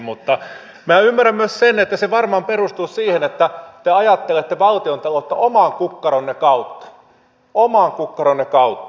mutta minä ymmärrän myös sen että se varmaan perustuu siihen että te ajattelette valtiontaloutta oman kukkaronne kautta oman kukkaronne kautta